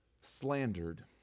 slandered